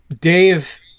dave